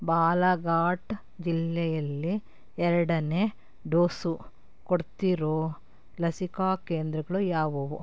ಬಾಲಾಘಾಟ್ ಜಿಲ್ಲೆಯಲ್ಲಿ ಎರಡನೇ ಡೋಸು ಕೊಡ್ತಿರೋ ಲಸಿಕಾ ಕೇಂದ್ರಗಳು ಯಾವುವು